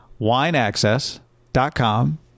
WineAccess.com